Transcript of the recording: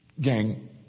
Gang